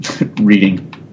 reading